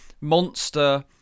monster